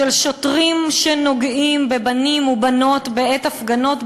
של שוטרים שנוגעים בבנים ובנות בעת הפגנות,